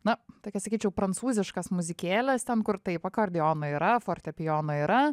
na tokias sakyčiau prancūziškas muzikėlės ten kur taip akordeono yra fortepijono yra